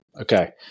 Okay